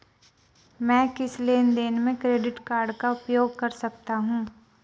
मैं किस लेनदेन में क्रेडिट कार्ड का उपयोग कर सकता हूं?